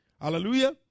Hallelujah